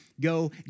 go